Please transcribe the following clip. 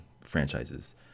franchises